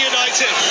United